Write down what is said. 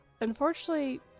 Unfortunately